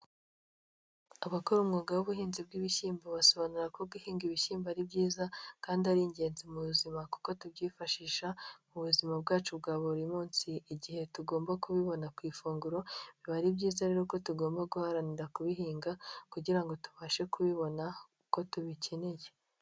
Abakora umwuga w'ubuhinzi bw'ibishyimbo, basobanura ko guhinga ibishyimbo ari byiza kandi ari ingenzi mu buzima, kuko tubyifashisha mu buzima bwacu bwa buri munsi igihe tugomba kubibona ku ifunguro, biba ari byiza rero ko tugomba guharanira kubihinga kugira ngo tubashe kubibona uko tubikeneye.